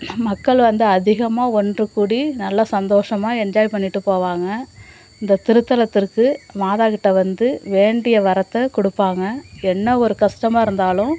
மக்கள் வந்து அதிகமாக ஒன்றுக்கூடி நல்ல சந்தோஷமாக என்ஜாய் பண்ணிட்டு போவாங்க இந்த திருத்தலத்திற்கு மாதாக்கிட்ட வந்து வேண்டிய வரத்தை கொடுப்பாங்கள் என்ன ஒரு கஷ்டமாக இருந்தாலும்